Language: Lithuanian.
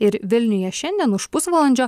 ir vilniuje šiandien už pusvalandžio